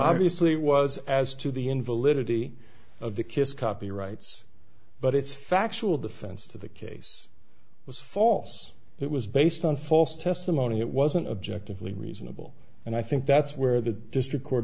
obviously was as to the invalidity of the kiss copyrights but it's factual defense to the case was false it was based on false testimony it wasn't objectively reasonable and i think that's where the district court